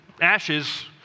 ashes